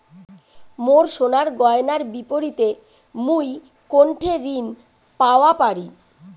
মোর সোনার গয়নার বিপরীতে মুই কোনঠে ঋণ পাওয়া পারি?